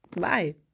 Bye